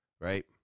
right